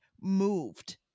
moved